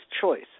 choice